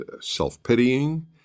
self-pitying